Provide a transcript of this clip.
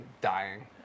dying